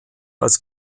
als